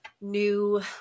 new